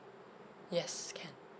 yes can